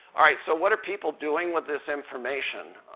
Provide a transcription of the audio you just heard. ah right, so what are people doing with this information?